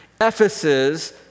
Ephesus